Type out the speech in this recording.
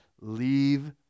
Leave